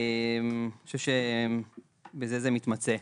אני חושב שבזה זה מתמצה.